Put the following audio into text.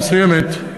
מסוימת,